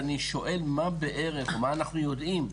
אני שואל: מה בערך אנחנו יודעים?